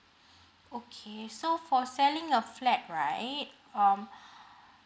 okay so for selling a flat right um